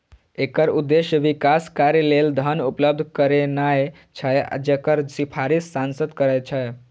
एकर उद्देश्य विकास कार्य लेल धन उपलब्ध करेनाय छै, जकर सिफारिश सांसद करै छै